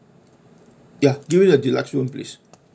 ya give me the deluxe room please